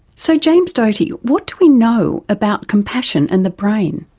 so, james doty, what do we know about compassion and the brain?